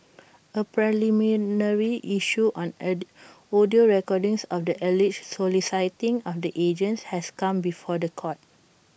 A preliminary issue on audio recordings of the alleged soliciting of the agents has come before The Court